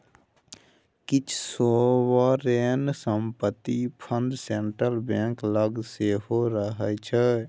किछ सोवरेन संपत्ति fund central bank लग सेहो रहय छै